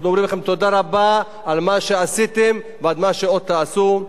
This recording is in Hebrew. אנחנו אומרים לכם תודה רבה על מה שעשיתם ועל מה שעוד תעשו.